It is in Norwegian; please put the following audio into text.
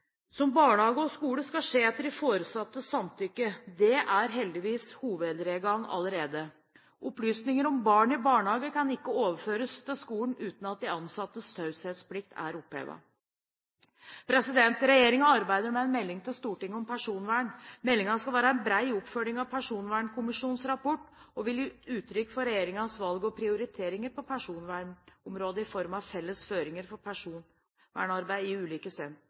som barnehage og skole, skal skje etter de foresattes samtykke. Det er heldigvis hovedregelen allerede. Opplysninger om barn i barnehage kan ikke overføres til skolen uten at de ansattes taushetsplikt er opphevet. Regjeringen arbeider med en melding til Stortinget om personvern. Meldingen skal være en bred oppfølging av Personvernkommisjonens rapport og vil gi uttrykk for regjeringens valg og prioriteringer på personvernområdet i form av felles føringer for personvernarbeid i ulike